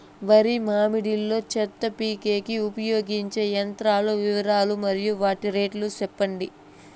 వరి మడి లో చెత్త పీకేకి ఉపయోగించే యంత్రాల వివరాలు మరియు వాటి రేట్లు చెప్పండి?